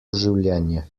življenje